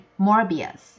Morbius